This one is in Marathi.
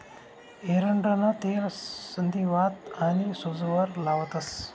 एरंडनं तेल संधीवात आनी सूजवर लावतंस